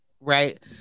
right